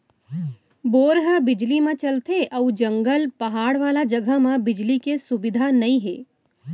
bore ह बिजली म चलथे अउ जंगल, पहाड़ वाला जघा म बिजली के सुबिधा नइ हे